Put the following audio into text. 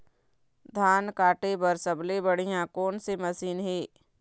धान काटे बर सबले बढ़िया कोन से मशीन हे?